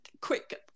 quick